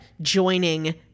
joining